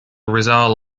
rizal